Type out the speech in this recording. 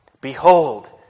Behold